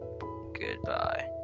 goodbye